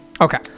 Okay